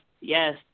yes